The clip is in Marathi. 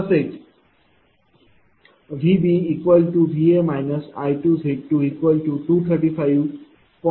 तसेच VBVA I2Z2235